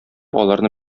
аларны